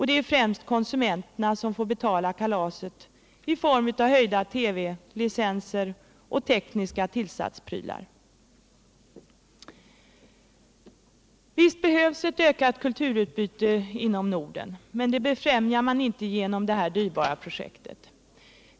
Det är främst konsumenterna som får betala kalaset i form av höjda TV licenser och kostnader för tekniska tillsatsprylar. Visst behövs ett ökat kulturutbyte inom Norden, men det befrämjar man inte genom detta dyrbara projekt.